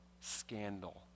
scandal